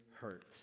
hurt